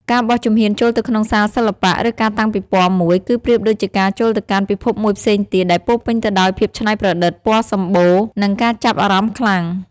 ការបោះជំហានចូលទៅក្នុងសាលសិល្បៈ ឬការតាំងពិពណ៌មួយ គឺប្រៀបដូចជាការចូលទៅកាន់ពិភពមួយផ្សេងទៀត ដែលពោរពេញទៅដោយភាពច្នៃប្រឌិត ពណ៌សម្បូរណ៍ និងការចាប់អារម្មណ៍ខ្លាំង។